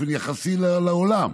באופן יחסי לעולם,